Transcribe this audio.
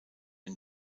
ein